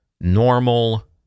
normal